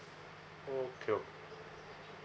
okay